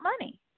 money